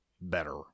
better